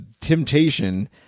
temptation